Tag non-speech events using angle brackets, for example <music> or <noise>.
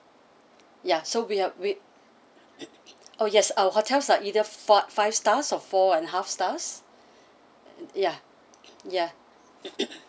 ya so we are we <noise> oh yes our hotels are either fi~ five stars or four and half stars ya ya <noise>